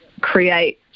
create